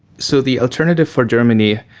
so the alternative for germany,